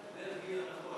מֵרגי זה נכון.